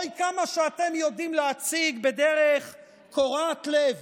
אוי, כמה שאתם יודעים להציג בדרך קורעת לב